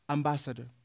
Ambassador